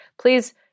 Please